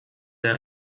der